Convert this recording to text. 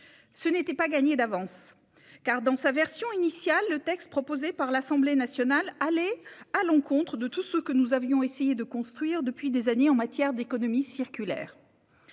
Ce n'était pas gagné d'avance, car, dans sa version initiale, le texte proposé par l'Assemblée nationale allait à l'encontre de tout ce que nous avions essayé de construire depuis des années en matière d'économie circulaire.